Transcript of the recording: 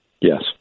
Yes